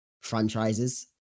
franchises